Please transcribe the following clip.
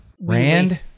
Rand